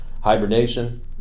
hibernation